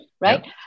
right